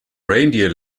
reindeer